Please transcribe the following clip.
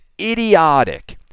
idiotic